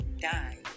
die